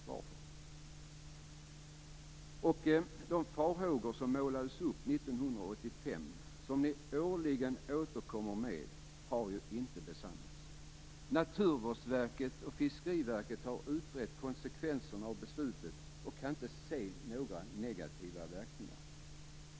Varför? De farhågor som målades upp 1985, och som ni årligen återkommer med, har ju inte besannats. Naturvårdsverket och Fiskeriverket har utrett konsekvenserna av beslutet och kan inte se några negativa verkningar.